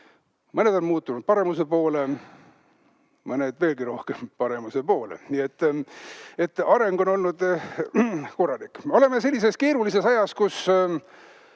Mõned on muutunud paremuse poole, mõned veelgi rohkem paremuse poole. Areng on olnud korralik. Me oleme sellises keerulises ajas, kus